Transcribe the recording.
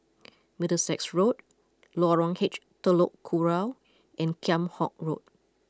Middlesex Road Lorong H Telok Kurau and Kheam Hock Road